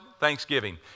thanksgiving